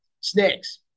snakes